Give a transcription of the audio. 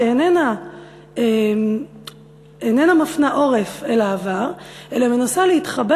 שאיננה מפנה עורף אל העבר אלא מנסה להתחבר